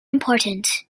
important